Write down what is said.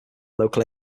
local